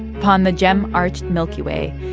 upon the gem-arched milky way,